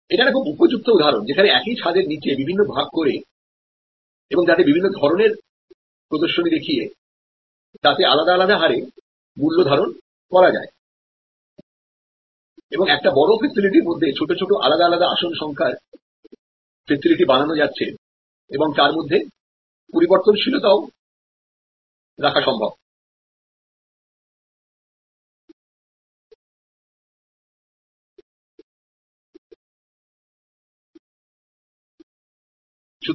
এটা একটা খুব উপযুক্ত উদাহরণ যেখানে একই ছাদের নিচে বিভিন্ন ভাগ করে এবং তাতে বিভিন্ন ধরনের প্রদর্শনী দেখিয়ে তাতে আলাদা আলাদা হারে মূল্য ধারণ করা যায় এবং একটা বড় ফ্যাসিলিটির মধ্যে ছোট ছোট আলাদা আলাদা আসন সংখ্যার ফেসিলিটি বানানো যাচ্ছে এবং তার মধ্যে পরিবর্তনশীলতা রাখাও সম্ভব